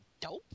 dope